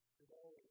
today